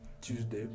tuesday